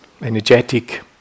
energetic